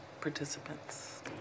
participants